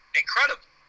incredible